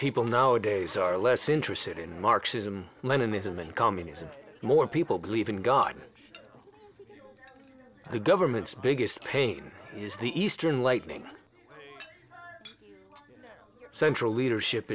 people nowadays are less interested in marxism leninism and communism more people believe in god the government's biggest pain is the eastern lightning central leadership